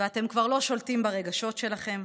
ואתם כבר לא שולטים ברגשות שלכם.